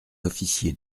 officier